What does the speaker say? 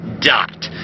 dot